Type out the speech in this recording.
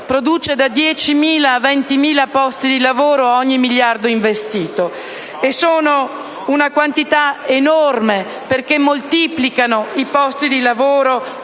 produce da 10.000 a 20.000 posti di lavoro per ogni miliardo investito. Si tratta di una quantità enorme perché si moltiplicano i posti di lavoro